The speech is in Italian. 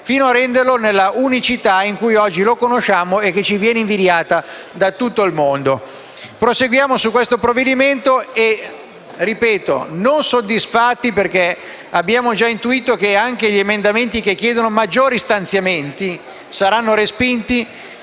fino a renderlo nell'unicità in cui oggi lo conosciamo e che ci viene invidiata da tutto il mondo. Proseguiamo con questo provvedimento, pur non essendo soddisfatti - lo ripeto - perché abbiamo già intuito che anche gli emendamenti che chiedono maggiori stanziamenti saranno respinti.